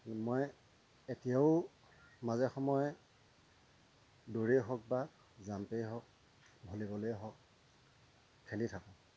মই এতিয়াও মাজে সময়ে দৌৰেই হওক বা জাম্পেই হওক ভলীবলেই হওক খেলি থাকোঁ